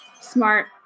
Smart